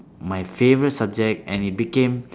my favourite subject and it became